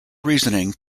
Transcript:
reasoning